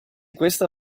questa